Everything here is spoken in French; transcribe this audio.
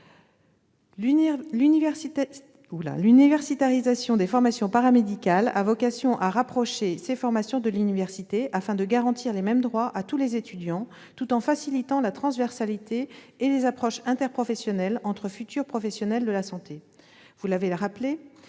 L'universitarisation des formations paramédicales a vocation à rapprocher ces formations de l'université, afin de garantir les mêmes droits à tous les étudiants, tout en facilitant la transversalité et les approches interprofessionnelles entre futurs professionnels de la santé. Vous l'avez rappelé,